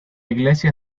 iglesia